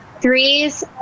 threes